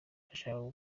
ndashaka